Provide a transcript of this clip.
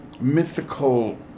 mythical